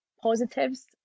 positives